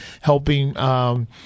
helping—